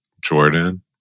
Jordan